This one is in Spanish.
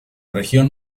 región